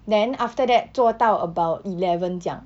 then after that 做到 about eleven 这样